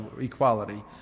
equality